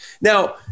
Now